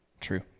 True